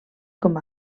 com